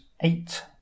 eight